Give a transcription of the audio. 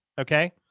okay